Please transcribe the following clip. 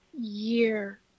year